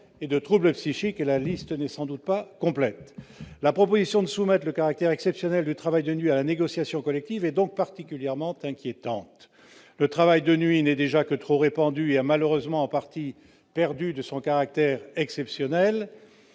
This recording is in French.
de troubles psychiques, et cette liste n'est sans doute pas complète ! La proposition de soumettre le caractère exceptionnel du travail de nuit à la négociation collective est donc particulièrement inquiétante. Le travail de nuit n'est déjà que trop répandu. Il a malheureusement en partie perdu son caractère exceptionnel.